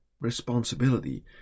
responsibility